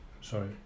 sorry